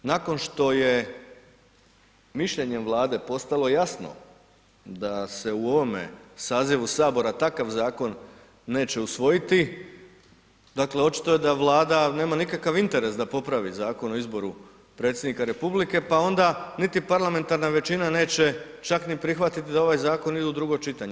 Nakon što je mišljenjem Vlade postalo jasno da se u ovome sazivu sabora takav zakon neće usvojiti, dakle očito je da Vlada nema nikakav interes da popravi Zakon o izboru predsjednika republike, pa onda niti parlamentarna većina neće čak ni prihvatiti da ovaj zakon ide u drugo čitanje.